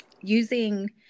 using